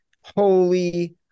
holy